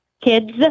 Kids